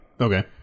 Okay